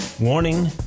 Warning